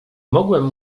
mogłem